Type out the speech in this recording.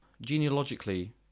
genealogically